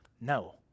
No